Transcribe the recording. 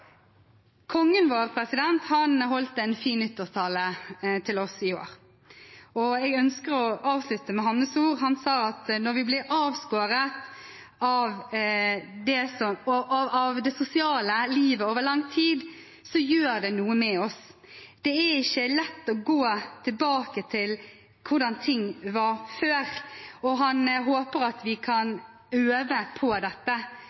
holdt en fin nyttårstale til oss i år, og jeg ønsker å avslutte med hans ord. Han sa at når vi blir avskåret fra det sosiale livet over lang tid, gjør det noe med oss. Det er ikke lett å gå tilbake til hvordan ting var før. Han håper at vi kan øve på dette,